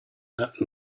that